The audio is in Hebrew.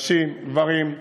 נשים, גברים,